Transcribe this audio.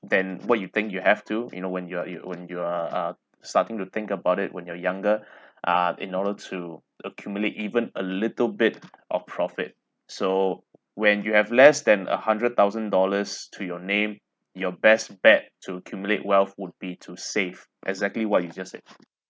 than what you think you have to you know when you are it when you are ah starting to think about it when you're younger ah in order to accumulate even a little bit of profit so when you have less than a hundred thousand dollars to your name your best bet to accumulate wealth would be to save exactly what you just said